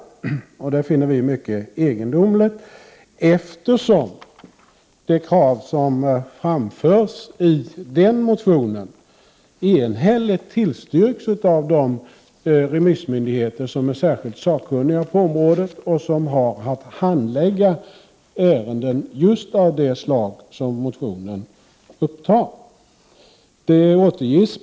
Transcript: Det finner vi mycket egendomligt, eftersom de krav som framförs i den motionen enhälligt tillstyrkts av de remissmyndigheter som är särskilt sakkunniga på området och som har att handlägga ärenden just av det slag som motionen behandlar.